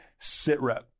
SITREP